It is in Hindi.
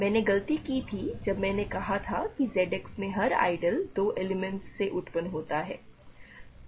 मैंने गलती की थी जब मैंने कहा था कि Z X में हर आइडियल 2 एलिमेंट्स से उत्पन्न होता है